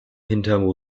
hinterm